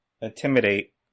intimidate